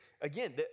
again